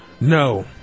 No